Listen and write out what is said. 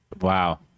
Wow